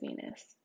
Venus